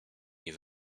nie